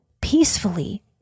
peacefully